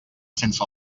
sense